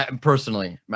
personally